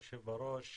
יושב הראש,